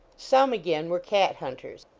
some again were cat-hunters,